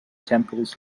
temples